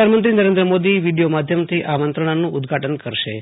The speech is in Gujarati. પ્રધાનમંત્રી નરેન્દ્ર મોદી વીડિયો માધ્યમથી આ મંત્રણાનું ઉદધાટન કરશે